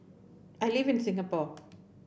I live in Singapore